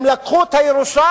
הם לקחו את הירושה